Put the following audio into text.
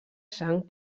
sang